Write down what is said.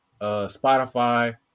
Spotify